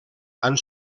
han